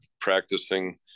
practicing